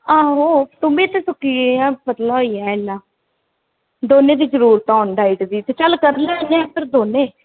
आहो तू बी सुक्की गेआ पतला होई गेआ इन्ना दौनें गी जरूरत ऐ डाईट दी ते करी लैने आं हून दोनें